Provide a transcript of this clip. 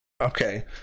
Okay